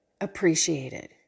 appreciated